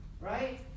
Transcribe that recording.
Right